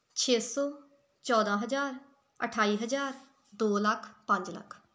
ਛੇ ਸੌ ਚੌਦਾਂ ਹਜ਼ਾਰ ਅਠਾਈ ਹਜ਼ਾਰ ਦੋ ਲੱਖ ਪੰਜ ਲੱਖ